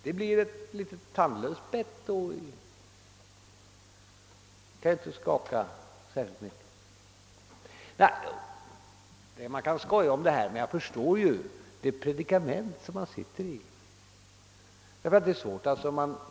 Det blir ett tandlöst bett. Man kan skoja om detta, men jag förstår att oppositionen befinner sig i ett besvärligt predikament.